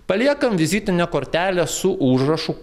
paliekam vizitinę kortelę su užrašu